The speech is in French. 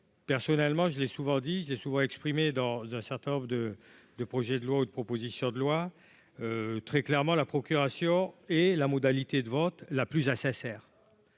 Personnellement, je l'ai souvent dit, c'est souvent exprimé dans un certain nombre de de projet de loi autre proposition de loi très clairement la procuration et la modalité de vote la plus à ça sert